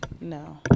No